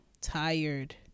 tired